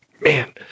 man